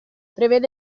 prevede